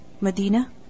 Medina